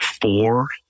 four